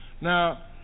Now